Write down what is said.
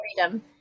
freedom